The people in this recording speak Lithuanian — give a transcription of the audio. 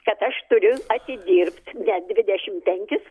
kad aš turiu atidirbt ne dvidešim penkis